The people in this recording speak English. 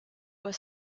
were